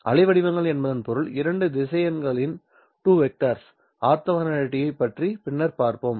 அலைவடிவங்கள் என்பதன் பொருள் இரண்டு திசையன்களின் ஆர்த்தோகோனலிட்டியைப் பற்றி பின்னர் பார்ப்போம்